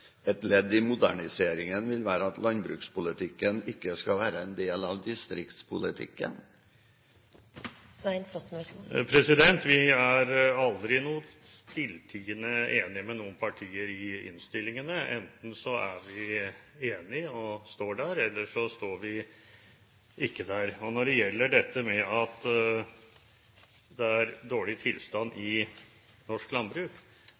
et ledd i distriktspolitikken»? Vi er aldri stilltiende enig med noen partier i innstillingene. Enten er vi enig og står der, eller så står vi ikke der. Når det gjelder det at det er dårlig tilstand i norsk landbruk,